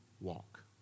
walk